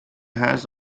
has